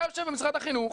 אתה יושב במשרד החינוך,